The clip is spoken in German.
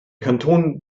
kanton